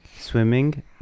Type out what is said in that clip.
swimming